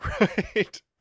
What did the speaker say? right